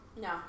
No